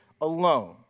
alone